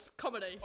comedy